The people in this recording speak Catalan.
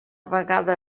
vegada